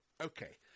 Okay